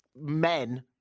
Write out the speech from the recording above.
men